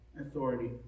authority